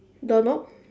doorknob